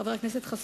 חבר הכנסת חסון,